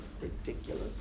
ridiculous